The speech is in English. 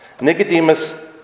Nicodemus